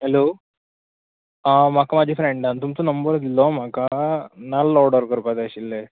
hello आं म्हाका म्हजी फ्रँडान तुमचो नंबर दिल्लो म्हाका नाल्ल ऑडर करपाक जाय आशिल्ले